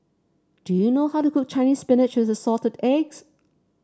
do you know how to cook Chinese Spinach with Assorted Eggs